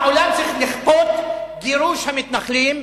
העולם צריך לכפות את גירוש המתנחלים,